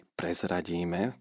prezradíme